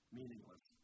meaningless